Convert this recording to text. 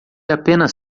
apenas